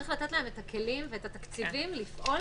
צריך לתת להם את הכלים ואת התקציבים לפעול